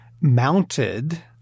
mounted –